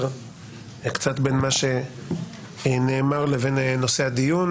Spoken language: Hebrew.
קצת בין מה שנאמר לבין נושא הדיון.